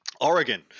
Oregon